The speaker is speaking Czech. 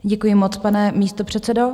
Děkuji moc, pane místopředsedo.